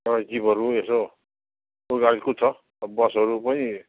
सवारी जिपहरू यसो ठुलो गाडी कुद्छ बसहरू पनि